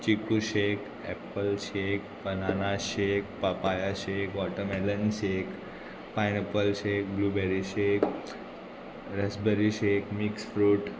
chikoo shake apple shake banana shake papaya shake watermelon shake pineapple shake blueberry shake raspberry shake mix fruit